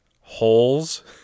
holes